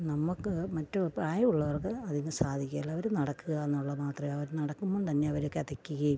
നമുക്ക് മറ്റു പ്രായവുള്ളവര്ക്ക് അതിന് സാധിക്കുകയില്ല അവര് നടക്കുക എന്നുള്ള മാത്രമേ അവര് നടക്കുമ്പം തന്നെ അവര് കിതയ്ക്കുകയും